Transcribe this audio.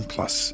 Plus